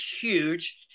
huge